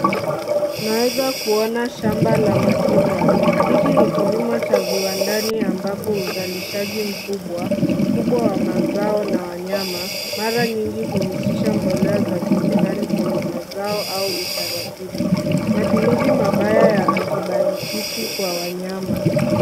Unaweza kuona shamba la matunda. Hiki ni kilimo cha viwandani ambapo uzalishaji mkubwa, mkubwa wa mazao na wanyama, mara nyingi huhushisha mbolea za kemikali kwenye mazao au utaratibu. Matumizi mabaya ya antibayotiki kwa wanyama.